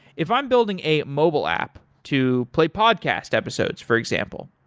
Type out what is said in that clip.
if i'm building a mobile app to play podcast episodes, for example,